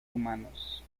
humanos